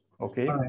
okay